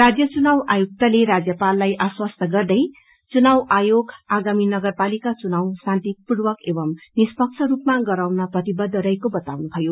राज्य चुनाव आयुक्तले राज्यपाललाई आश्वस्त गर्दै चुनाव आयोग आगामी नगरपालिका चुनाव शान्तिपूर्वक एवम् निष्पक्ष रूपमा गराउन प्रतिबद्ध रहेको बताउनुभयो